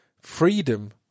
freedom